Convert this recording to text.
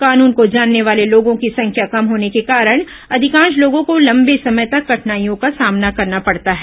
कानून को जानने वाले लोगों की संख्या कम होने के कारण अधिकांश लोगों को लंबे समय तक कठिनाइयों का सामना करना पड़ता है